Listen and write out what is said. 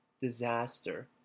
disaster